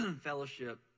Fellowship